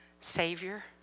Savior